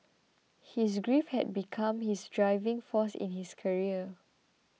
his grief had become his driving force in his career